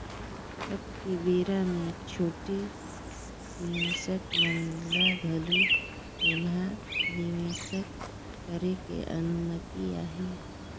अब के बेरा मे छोटे निवेसक मन ल घलो ऐम्हा निवेसक करे के अनुमति अहे